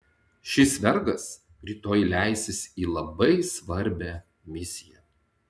šis vergas rytoj leisis į labai svarbią misiją